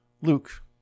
Luke